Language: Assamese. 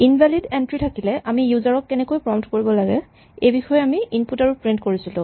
ইনভেলিড এন্ট্ৰী থাকিলে আমি ইউজাৰ ক কেনেকৈ প্ৰম্ট কৰিব লাগে এইবিষয়ে আমি ইনপুট আৰু প্ৰিন্ট কৰিছিলো